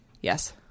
Yes